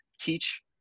teach